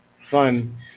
fun